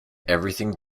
everything